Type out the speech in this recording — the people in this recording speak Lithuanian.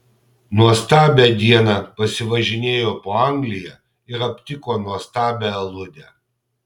nuostabią dieną pasivažinėjo po angliją ir aptiko nuostabią aludę